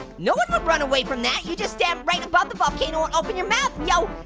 no one would run away from that. you just stand right above the volcano and open your mouth, yo.